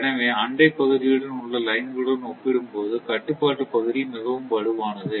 எனவே அண்டை பகுதியுடன் உள்ள லைன்களுடன் ஒப்பிடும்போது கட்டுப்பாட்டு பகுதி மிகவும் வலுவானது